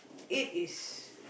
it is